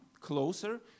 closer